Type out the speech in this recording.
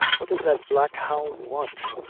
what does that black hound want?